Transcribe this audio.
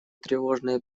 тревожные